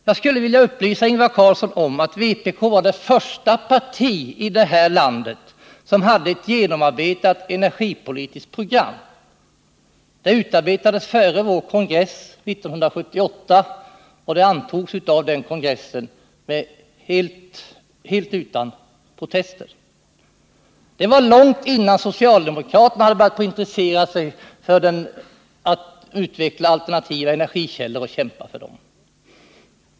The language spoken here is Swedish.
Jag skulle vilja upplysa Ingvar Carlsson om att vpk var det första parti i det här landet som hade ett genomarbetat energipolitiskt program. Det utarbetades före vår kongress 1978, och det antogs av den kongressen helt utan protester. Detta varlångt innan socialdemokraterna hade börjat intressera sig för att utveckla alternativa energikällor och kämpa för dem.